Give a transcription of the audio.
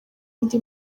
undi